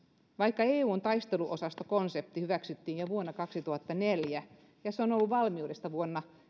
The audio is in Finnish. vaikka eun taisteluosastokonsepti hyväksyttiin jo vuonna kaksituhattaneljä ja se on ollut valmiudessa